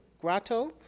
Grotto